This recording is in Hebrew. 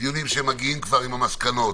שמגיעים כבר עם המסקנות.